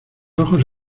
ojos